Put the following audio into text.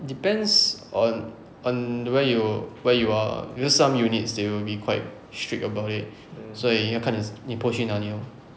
depends on on where you where you are ah because some units they will be quite strict about it 所以要看你你 post 去哪里 lor